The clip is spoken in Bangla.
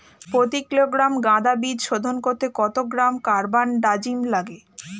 প্রতি কিলোগ্রাম গাঁদা বীজ শোধন করতে কত গ্রাম কারবানডাজিম লাগে?